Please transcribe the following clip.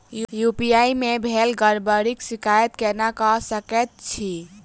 UPI मे भेल गड़बड़ीक शिकायत केना कऽ सकैत छी?